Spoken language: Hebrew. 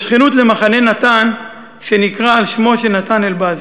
בשכנות ל"מחנה נתן", שנקרא על שמו של נתן אלבז.